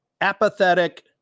apathetic